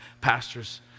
pastors